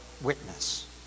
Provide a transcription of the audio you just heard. witness